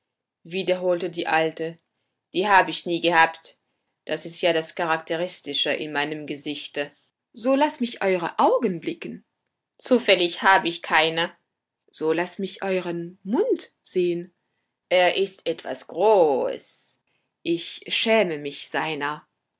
wiederholte die alte die hab ich nie gehabt das ist das charakteristische in meinem gesichte so laßt mich in eure augen blicken zufällig hab ich keine so laßt mich euren mund sehn er ist etwas groß ich schäme mich seiner